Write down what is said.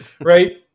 Right